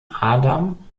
adam